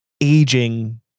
aging